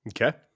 Okay